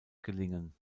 gelingen